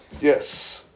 Yes